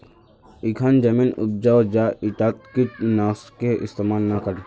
इखन जमीन उपजाऊ छ ईटात कीट नाशकेर इस्तमाल ना कर